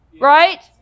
right